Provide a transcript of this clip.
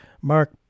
Mark